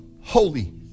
Holy